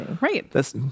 Right